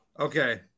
Okay